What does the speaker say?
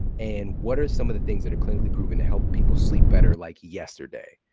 and what are some of the things that are clinically proven to help people sleep better like yesterday?